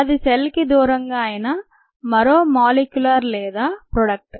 అది సెల్ కి దూరంగా అయిన మరో మోలిక్యూల్లేదా ప్రోడక్ట్